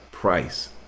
price